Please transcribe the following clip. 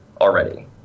already